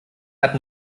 hat